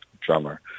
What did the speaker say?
drummer